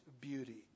beauty